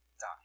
die